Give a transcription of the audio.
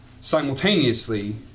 Simultaneously